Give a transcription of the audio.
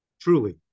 Truly